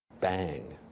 bang